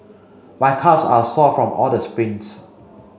my calves are sore from all the sprints